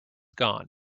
gone